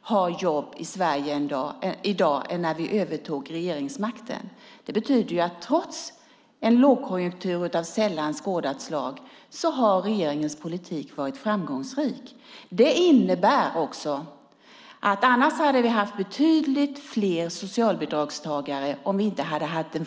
har jobb i Sverige i dag än när vi övertog regeringsmakten. Det betyder att regeringens politik har varit framgångsrik trots en lågkonjunktur av sällan skådat slag. Utan en framgångsrik jobbpolitik hade vi haft betydligt fler socialbidragstagare.